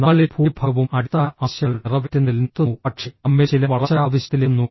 നമ്മളിൽ ഭൂരിഭാഗവും അടിസ്ഥാന ആവശ്യങ്ങൾ നിറവേറ്റുന്നതിൽ നിർത്തുന്നു പക്ഷേ നമ്മിൽ ചിലർ വളർച്ചാ ആവശ്യത്തിലെത്തുന്നു